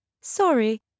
sorry